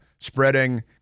spreading